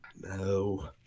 no